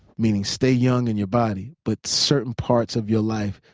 meaning stay young in your body but certain parts of your life,